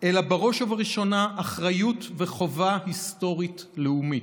אלא בראש ובראשונה אחריות וחובה היסטוריות לאומיות.